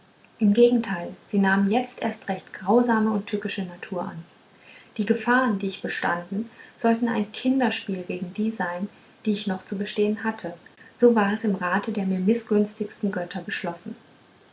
im gegenteil sie nahmen jetzt erst eine recht grausame und tückische natur an die gefahren die ich bestanden sollten ein kinderspiel gegen die sein die ich noch zu bestehen hatte so war es im rate der mir mißgünstigen götter beschlossen